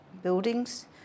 Buildings